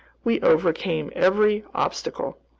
we overcame every obstacle.